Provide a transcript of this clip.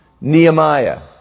Nehemiah